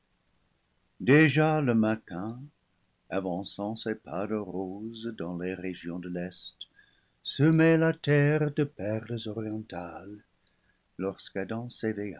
déjà le matin avançant ses pas de rose dans les régions de l'est semait la terre de perles orientales lorsque adam